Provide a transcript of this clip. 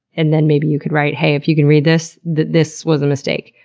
and then maybe you could write hey, if you can read this, this was a mistake,